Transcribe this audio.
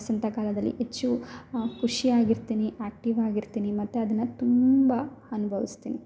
ವಸಂತಕಾಲದಲ್ಲಿ ಹೆಚ್ಚು ಖುಷಿಯಾಗಿರ್ತೀನಿ ಆ್ಯಕ್ಟಿವ್ ಆಗಿರ್ತೀನಿ ಮತ್ತು ಅದನ್ನು ತುಂಬ ಅನುಭವಿಸ್ತೀನಿ